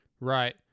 Right